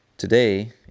Today